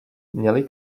měli